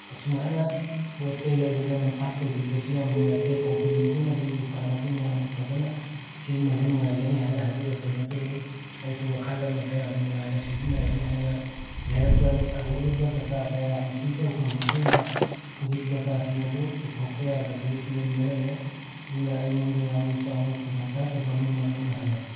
ꯑꯁꯨꯃꯥꯏꯅ ꯄꯣꯠ ꯆꯩ ꯂꯩꯕꯗ ꯅꯝꯊꯥꯛ ꯇꯧꯕꯤꯕꯁꯤ ꯌꯥꯝ ꯅꯨꯡꯉꯥꯏꯇꯦ ꯀꯣꯝꯄꯦꯅꯤ ꯑꯗꯨꯅꯗꯤ ꯗꯨꯀꯥꯟ ꯑꯗꯨꯅ ꯌꯥꯝꯅ ꯐꯖꯅ ꯁꯤꯖꯤꯟꯅꯕ ꯅꯨꯡꯉꯥꯏꯒꯅꯤ ꯍꯥꯏꯅ ꯍꯥꯏꯕꯤꯔꯛꯄꯅꯤ ꯑꯗꯨꯕꯨ ꯑꯩꯁꯨ ꯋꯥꯈꯜ ꯑꯃꯗ ꯌꯥꯝ ꯅꯨꯡꯉꯥꯏꯅ ꯁꯤꯖꯤꯟꯅꯔꯅꯤ ꯍꯥꯏꯅ ꯂꯩꯔꯛꯄꯅꯤ ꯑꯗꯨꯕꯨ ꯑꯔꯨꯕ ꯗꯇꯥ ꯀꯌꯥ ꯑꯦꯟꯇ꯭ꯔꯤ ꯇꯧꯈ꯭ꯔꯕ ꯃꯇꯨꯡꯗ ꯍꯧꯖꯤꯛ ꯗꯇꯥꯁꯤꯡ ꯑꯗꯨ ꯄꯨꯊꯣꯛꯄ ꯌꯥꯗꯕꯒꯤ ꯐꯤꯕꯝꯗ ꯂꯩꯔꯦ ꯑꯗꯨꯅ ꯑꯩꯉꯣꯟꯗ ꯌꯥꯝꯅ ꯆꯥꯎꯅ ꯈꯨꯗꯣꯡꯆꯥꯗꯕ ꯑꯃ ꯃꯥꯌꯣꯛꯅꯍꯜꯂꯦ